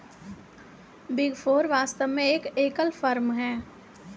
big four वास्तव में एक एकल फर्म है